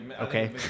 Okay